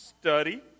study